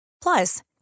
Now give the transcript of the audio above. Plus